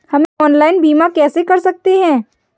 हम ऑनलाइन बीमा कैसे कर सकते हैं?